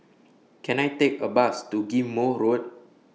Can I Take A Bus to Ghim Moh Road